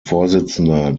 vorsitzender